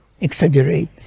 exaggerate